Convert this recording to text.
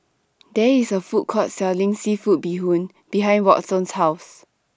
There IS A Food Court Selling Seafood Bee Hoon behind Watson's House